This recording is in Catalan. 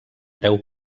deu